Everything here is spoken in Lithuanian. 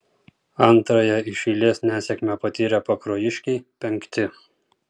antrąją iš eilės nesėkmę patyrę pakruojiškiai penkti